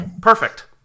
Perfect